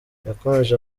yakomeje